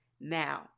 Now